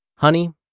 Honey